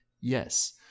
Yes